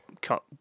cut